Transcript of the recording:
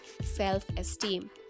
self-esteem